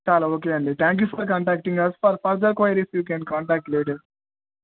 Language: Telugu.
చాలా ఓకే అండి thank you for contacting us for further queries you can contact us later